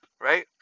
right